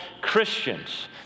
Christians